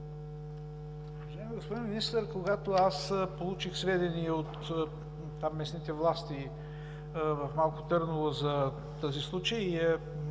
Уважаеми господин Министър, когато аз получих сведения от местните власти в Малко Търново за този случай,